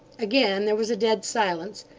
again there was a dead silence,